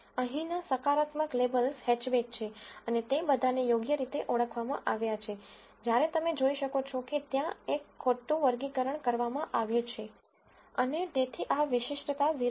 અહીંના સકારાત્મક labels hatchback છે અને તે બધાને યોગ્ય રીતે ઓળખવામાં આવ્યા છે જ્યારે તમે જોઈ શકો છો કે ત્યાં એક ખોટું વર્ગીકરણ કરવામાં આવ્યું છે અને તેથી આ વિશિષ્ટતા 0